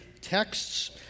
texts